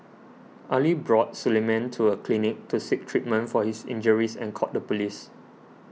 Ali brought Suleiman to a clinic to seek treatment for his injuries and called the police